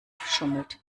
schummelt